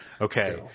Okay